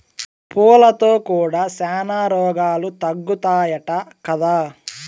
పూలతో కూడా శానా రోగాలు తగ్గుతాయట కదా